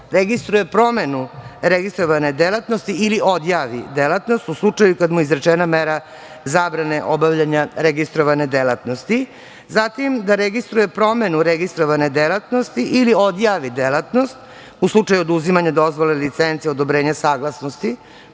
registruje promenu registrovane delatnosti ili odjavi delatnost u slučaju kada mu je izrečena mera zabrane obavljanja registrovane delatnosti, zatim da registruje promenu registrovane delatnosti ili odjavi delatnost u slučaju oduzimanja dozvole, licence, odobrenja, saglasnosti,